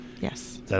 Yes